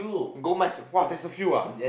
gold mines !wah! there's a few ah